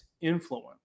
Influence